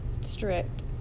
strict